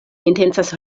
intencas